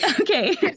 okay